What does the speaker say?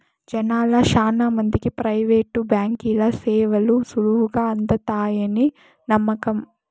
జనాల్ల శానా మందికి ప్రైవేటు బాంకీల సేవలు సులువుగా అందతాయని నమ్మకం